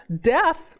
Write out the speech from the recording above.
death